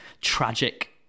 tragic